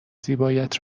زیبایت